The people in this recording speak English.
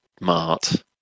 Mart